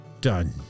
done